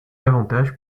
davantage